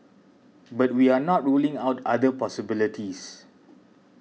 but we are not ruling out other possibilities